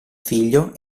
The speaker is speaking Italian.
figlio